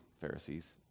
Pharisees